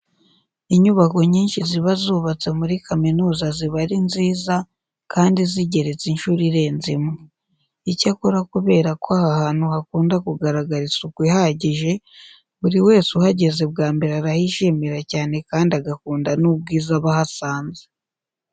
Inyubako nyinshi ziba zubatse muri kaminuza ziba ari nziza kandi zigeretse inshuro irenze imwe. Icyakora kubera ko aha hantu hakunda kugaragara isuku ihagije, buri wese uhageze bwa mbere arahishimira cyane kandi agakunda n'ubwiza aba ahasanze.